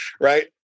right